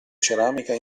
ceramica